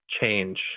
change